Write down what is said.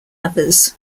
others